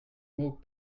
mots